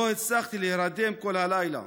לא הצלחתי להירדם כל הלילה.